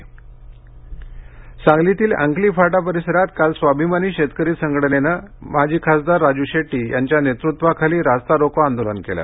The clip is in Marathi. सांगली रास्ता रोको सांगलीतील अंकली फाटा परिसरात काल स्वाभिमानी शेतकरी संघटनेने माजी खासदार राजू शेट्टी यांच्या नेतृत्वाखाली रास्ता रोको आंदोलन केले